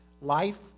Life